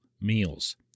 meals